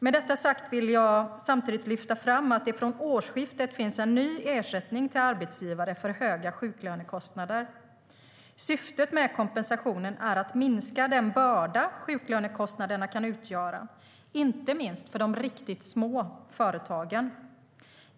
Med detta sagt vill jag samtidigt lyfta fram att det från årsskiftet finns en ny ersättning till arbetsgivare för höga sjuklönekostnader. Syftet med kompensationen är att minska den börda sjuklönekostnaderna kan utgöra, inte minst för de riktigt små företagen.